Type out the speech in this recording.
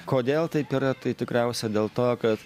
kodėl taip yra tai tikriausia dėl to kad